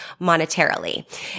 monetarily